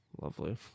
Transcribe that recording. lovely